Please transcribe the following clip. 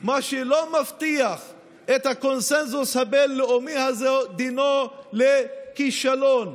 מה שלא מבטיח את הקונסנזוס הבין-לאומי הזה דינו כישלון.